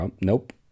nope